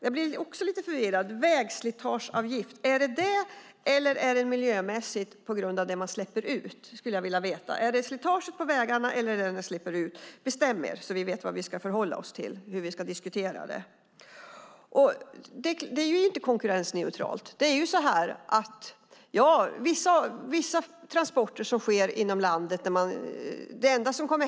Jag blir också lite förvirrad när det gäller vägslitageavgift. Jag skulle vilja veta: Handlar det om slitaget på vägarna eller det som man släpper ut? Bestäm er så att vi vet vad vi ska förhålla oss till och hur vi ska diskutera det! Det är ju inte konkurrensneutralt. Det enda som kommer att hända då är att mjölken på bordet blir dyrare för barnfamiljen.